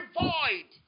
void